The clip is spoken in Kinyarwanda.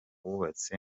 wubatse